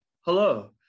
Hello